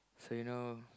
so you know